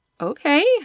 okay